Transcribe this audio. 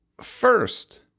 first